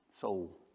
soul